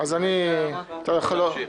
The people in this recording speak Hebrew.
אתה יכול להמשיך.